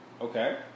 Okay